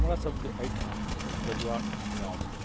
हमरासबके एहिठाम जजुआर गाम छै